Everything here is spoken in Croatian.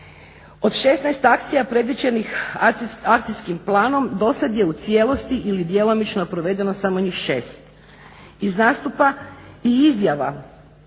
Od 16 akcija predviđenih akcijskim planom do sada je u cijelosti ili djelomično provedeno samo njih 6. Iz nastupa i izjava